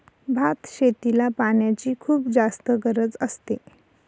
भात शेतीला पाण्याची खुप जास्त गरज असते